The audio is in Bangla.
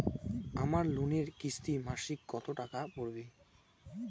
আমার লোনের কিস্তি মাসিক কত টাকা পড়বে?